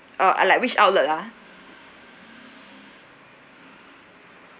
uh ah like which outlet ah